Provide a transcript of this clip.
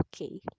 okay